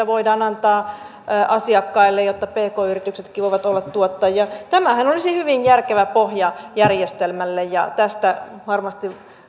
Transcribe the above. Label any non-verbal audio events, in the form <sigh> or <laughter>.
<unintelligible> voidaan antaa asiakkaille jotta pk yrityksetkin voivat olla tuottajia tämähän olisi hyvin järkevä pohja järjestelmälle ja tästä varmasti